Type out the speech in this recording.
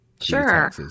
Sure